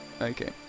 Okay